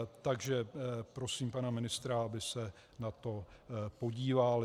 Takže prosím pana ministra, aby se na to podíval.